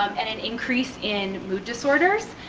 um and an increase in mood disorders,